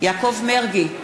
יעקב מרגי,